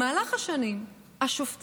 במהלך השנים השופטים,